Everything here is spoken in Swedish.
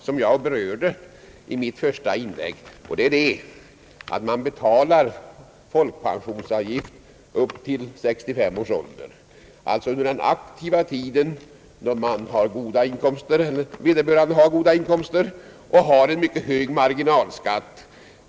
Som jag berörde i mitt första inlägg får man betala folkpensionsavgift upp till 65-årsåldern, alltså under den aktiva tiden då man har goda inkomster och har en mycket hög marginalskatt.